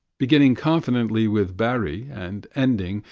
beginning confidently with barrie and ending,